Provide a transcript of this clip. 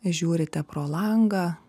žiūrite pro langą